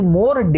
more